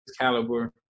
caliber